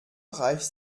reicht